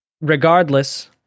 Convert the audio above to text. regardless